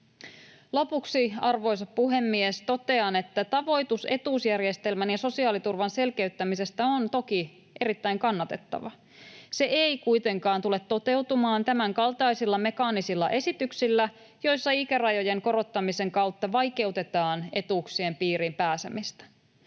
Lopuksi, arvoisa puhemies, totean, että tavoite etuusjärjestelmän ja sosiaaliturvan selkeyttämisestä on toki erittäin kannatettava. Se ei kuitenkaan tule toteutumaan tämänkaltaisilla mekaanisilla esityksillä, joissa ikärajojen korottamisen kautta vaikeutetaan etuuksien piiriin pääsemistä.